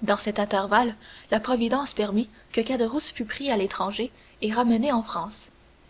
dans cet intervalle la providence permit que caderousse fût pris à l'étranger et ramené en france